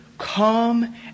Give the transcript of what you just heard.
Come